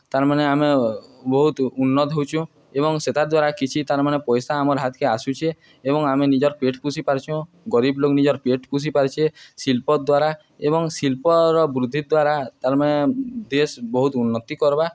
ତାର୍ମାନେ ଆମେ ବହୁତ୍ ଉନ୍ନତ୍ ହଉଚୁଁ ଏବଂ ସେତାର୍ ଦ୍ୱାରା କିଛି ତାର୍ମାନେ ପଏସା ଆମର୍ ହାତ୍କେ ଆସୁଛେ ଏବଂ ଆମେ ନିଜର୍ ପେଟ୍ ପୁଷି ପାରୁଛୁଁ ଗରିବ୍ ଲୋକ୍ ନିଜର୍ ପେଟ୍ ପୁଷି ପାରୁଛେ ଶିଳ୍ପ ଦ୍ୱାରା ଏବଂ ଶିଳ୍ପର ବୃଦ୍ଧି ଦ୍ୱାରା ତାର୍ମାନେ ଦେଶ୍ ବହୁତ୍ ଉନ୍ନତି କର୍ବା